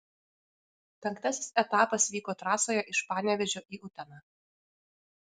penktasis etapas vyko trasoje iš panevėžio į uteną